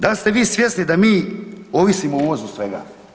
Da li ste vi svjesni da mi ovisimo o uvozu svega?